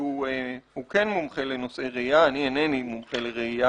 שהוא מומחה לנושא רעייה אני אינני מומחה לכך